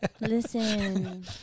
listen